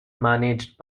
managed